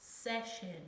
session